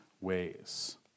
ways